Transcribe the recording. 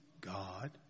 God